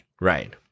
right